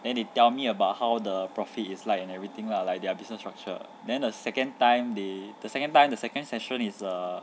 then they tell me about how the profit is like and everything lah like their business structure then the second time they the second time the second session is err